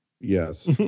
Yes